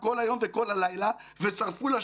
היום הראשון שנדרשנו לפעילות התקפית היה יום שישי הרביעי,